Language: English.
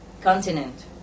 continent